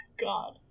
God